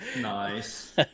nice